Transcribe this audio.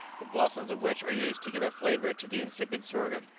the blossoms of which are used to give a flavour to the insipid sorghum,